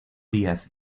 díaz